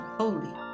holy